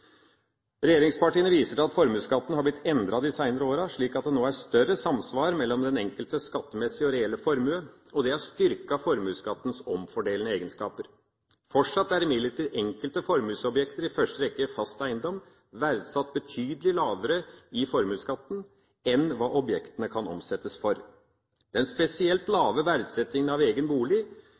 Regjeringspartiene viser til at formuesskatten har blitt endret de seinere åra, slik at det nå er større samsvar mellom den enkeltes skattemessige og reelle formue, og det har styrket formuesskattens omfordelende egenskaper. Fortsatt er imidlertid enkelte formuesobjekter, i første rekke fast eiendom, verdsatt betydelig lavere i formuesskatten enn hva objektene kan omsettes for. Den spesielt lave verdsettingen av egen bolig